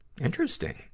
Interesting